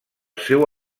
seu